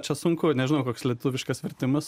čia sunku nežinau koks lietuviškas vertimas